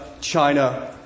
China